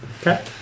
okay